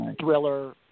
thriller